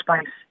space